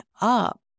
up